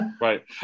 Right